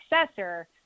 successor